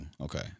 Okay